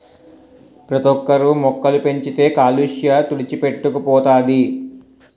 ప్రతోక్కరు మొక్కలు పెంచితే కాలుష్య తుడిచిపెట్టుకు పోతది